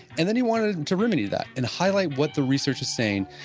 and then he wanted to remedy that and highlight what the research is saying,